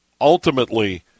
ultimately